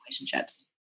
relationships